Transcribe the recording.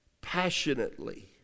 passionately